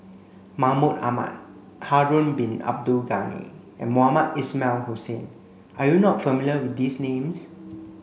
Mahmud Ahmad Harun bin Abdul Ghani and Mohamed Ismail Hussain are you not familiar with these names